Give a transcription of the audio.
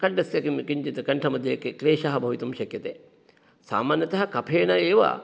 कण्ठस्य किं किञ्चित् कण्ठमध्ये क्लेशः भवितुं शक्यते सामान्यतः कफेन एव